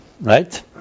Right